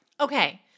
Okay